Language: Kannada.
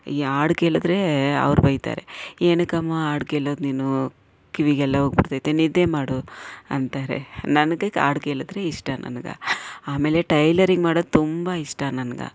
ಈ ಹಾಡು ಕೇಳಿದ್ರೆ ಅವ್ರು ಬೈತಾರೆ ಏನಕಮ್ಮ ಹಾಡು ಕೇಳೋದು ನೀನು ಕಿವಿಗೆಲ್ಲ ಹೋಗಿ ಬಿಟ್ತೈತೆ ನಿದ್ದೆ ಮಾಡು ಅಂತಾರೆ ನನ್ಗೆ ಹಾಡು ಕೇಳಿದ್ರೆ ಇಷ್ಟ ನನಗೆ ಆಮೇಲೆ ಟೈಲರಿಂಗ್ ಮಾಡೋದು ತುಂಬ ಇಷ್ಟ ನನಗೆ